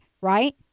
Right